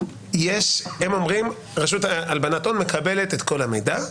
הם אומרים, רשות הלבנת הון מקבלת את כל המידע,